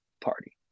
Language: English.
Party